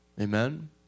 Amen